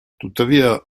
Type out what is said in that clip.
tuttavia